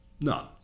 none